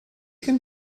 can